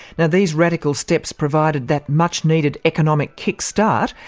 now these radical steps provided that much-needed economic kickstart,